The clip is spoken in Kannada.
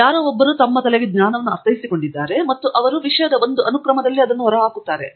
ಯಾರೋ ಒಬ್ಬರು ತಮ್ಮ ತಲೆಗೆ ಜ್ಞಾನವನ್ನು ಅರ್ಥೈಸಿಕೊಂಡಿದ್ದಾರೆ ಮತ್ತು ಅವರು ವಿಷಯದ ಒಂದು ಅನುಕ್ರಮದಲ್ಲಿ ಅದನ್ನು ಹೊರಹಾಕುತ್ತಾರೆ